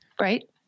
Right